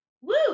Woo